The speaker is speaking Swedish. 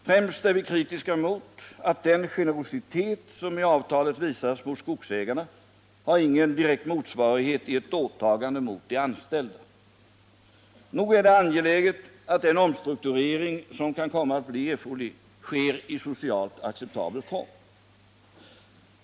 Främst är vi kritiska mot att den generositet som i avtalet visas mot skogsägarna inte har någon direkt motsvarighet i ett åtagande mot de anställda. Nog är det angeläget att den omstrukturering som kan komma att bli erforderlig sker i socialt acceptabel form.